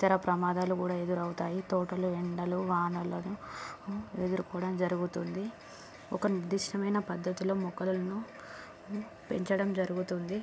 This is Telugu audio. ఇతర ప్రమాదాలు కూడా ఎదురవుతాయి తోటలో ఎండలో వానలను ఎదుర్కోవడం జరుగుతుంది ఒక నిర్దిష్టమైన పద్ధతిలో మొక్కలను పెంచడం జరుగుతుంది